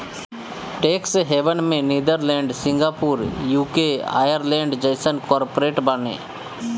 tax haven में Netherlands, Singapore, UK, Ireland जइसन corporate बाने